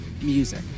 music